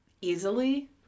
easily